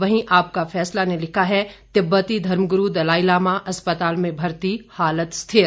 वहीं आपका फैसला ने लिखा है तिब्बती धर्मगुरू दलाईलामा अस्पताल में भर्ती हालत स्थिर